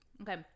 okay